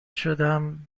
شدم